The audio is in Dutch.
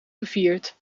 gevierd